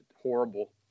horrible